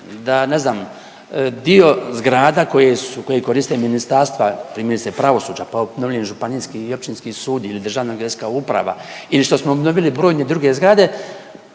da ne znam dio zgrada koje su, koje koriste ministarstva primjerice pravosuđa, pa obnovljeni županijski i općinski sud ili Državna geodetska uprava ili što smo dobili brojne druge zgrade